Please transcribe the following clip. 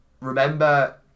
remember